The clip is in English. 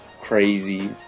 crazy